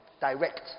direct